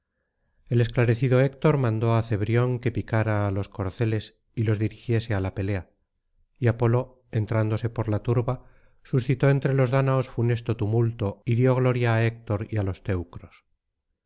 el esclarecido héctor mandó á cebrión que picara á los corceles y los dirigiese á la pelea y apolo entrándose por la turba suscitó entre los dáñaos funesto tumulto y dio gloria á héctor y á los teucros